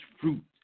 fruit